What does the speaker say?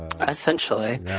essentially